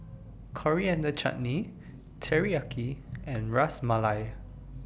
Coriander Chutney Teriyaki and Ras Malai